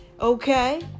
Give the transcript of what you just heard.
okay